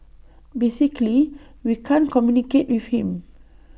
basically we can't communicate with him